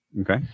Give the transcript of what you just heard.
Okay